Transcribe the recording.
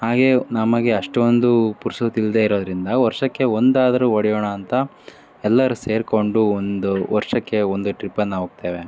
ಹಾಗೇ ನಮಗೆ ಅಷ್ಟೊಂದು ಪುರ್ಸೊತ್ತು ಇಲ್ಲದೇ ಇರೋದರಿಂದ ವರ್ಷಕ್ಕೆ ಒಂದಾದರೂ ಹೊಡೆಯೋಣ ಅಂತ ಎಲ್ಲರೂ ಸೇರಿಕೊಂಡು ಒಂದು ವರ್ಷಕ್ಕೆ ಒಂದು ಟ್ರಿಪ್ಪನ್ನು ಹೋಗ್ತೇವೆ